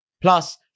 Plus